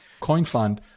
CoinFund